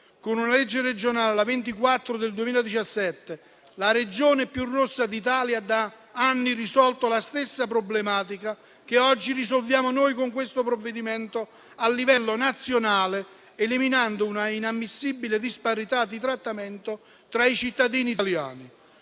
Con una legge regionale, la n. 24 del 2017, la Regione più rossa d'Italia da anni ha risolto la stessa problematica che oggi risolviamo noi con questo provvedimento a livello nazionale, eliminando un'inammissibile disparità di trattamento tra i cittadini italiani.